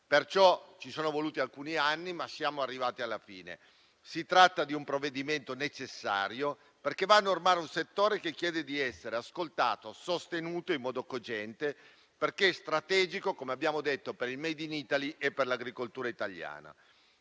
tema. Ci sono voluti alcuni anni, ma siamo arrivati alla fine. Si tratta di un provvedimento necessario, perché va a normare un settore che chiede di essere ascoltato e sostenuto in modo cogente perché strategico, come abbiamo detto, per il *made in Italy* e per l'agricoltura italiana.